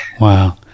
Wow